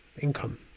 income